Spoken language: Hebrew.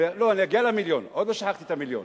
לא, אני אגיע למיליון, עוד לא שכחתי את המיליון.